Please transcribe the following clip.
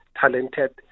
talented